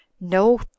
No